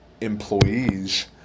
employees